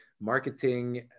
marketing